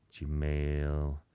Gmail